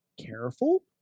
careful